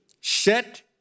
set